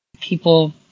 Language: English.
people